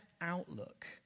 outlook